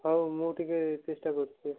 ହଉ ମୁଁ ଟିକେ ଚେଷ୍ଟା କରୁଛି